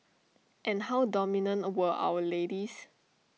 and how dominant were our ladies